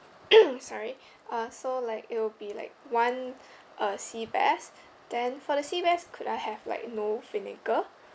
sorry uh so like it'll be like one uh sea bass then for the sea bass could I have like no vinegar